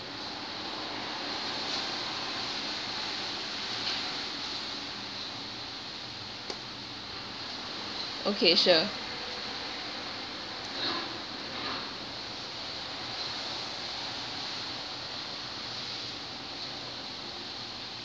okay sure